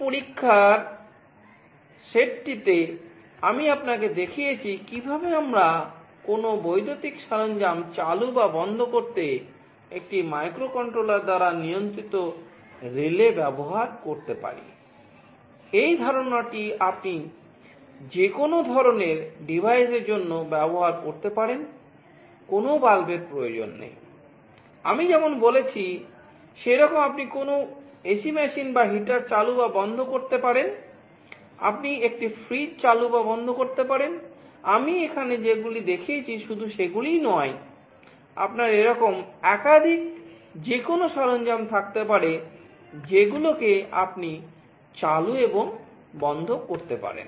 পরীক্ষার এই সেটটিতে আমি আপনাকে দেখিয়েছি কীভাবে আমরা কোনও বৈদ্যুতিক সরঞ্জাম চালু বা বন্ধ করতে একটি মাইক্রোকন্ট্রোলার মেশিন বা হিটার চালু এবং বন্ধ করতে পারেন আপনি একটি ফ্রিজ চালু এবং বন্ধ করতে পারেন আমি এখানে যেগুলি দেখিয়েছি শুধু সেগুলিই নয়আপনার এরকম একাধিক যেকোনোও সরঞ্জাম থাকতে পারে যেগুলোকে আপনি চালু এবং বন্ধ করতে পারেন